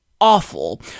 awful